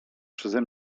przeze